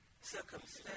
circumstance